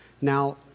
Now